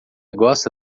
gosta